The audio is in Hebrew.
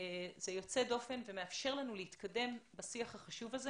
זה שאתם קיימים זה יוצא דופן ומאפשר לנו להתקדם בשיח החשוב הזה